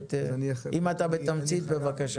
אם אתה בתמצית, בבקשה.